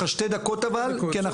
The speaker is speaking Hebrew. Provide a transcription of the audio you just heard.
אחת,